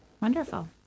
Wonderful